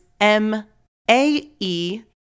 M-A-E